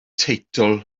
teitl